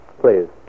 Please